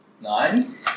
Nine